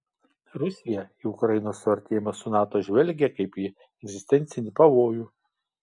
rusiją į ukrainos suartėjimą su nato žvelgia kaip į egzistencinį pavojų